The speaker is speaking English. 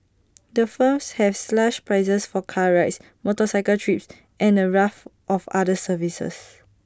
the firms have slashed prices for car rides motorcycle trips and A raft of other services